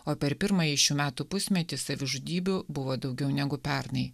o per pirmąjį šių metų pusmetį savižudybių buvo daugiau negu pernai